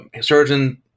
surgeon